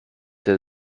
der